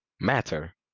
matter